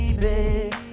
Baby